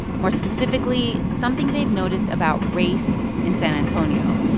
more specifically, something they've noticed about race in san antonio.